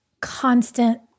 constant